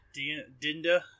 dinda